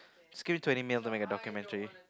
just give me twenty mil to make a documentary